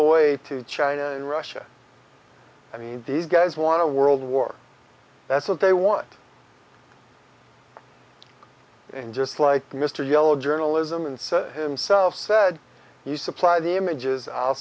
the way to china and russia i mean these guys want to world war that's what they want and just like mr yellow journalism and himself said you supply the images i'll